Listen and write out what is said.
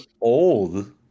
old